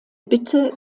bitte